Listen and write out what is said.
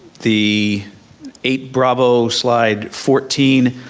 the eight bravo slide fourteen,